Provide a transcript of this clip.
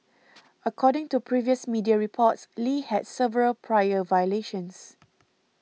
according to previous media reports Lee had several prior violations